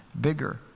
bigger